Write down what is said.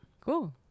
Cool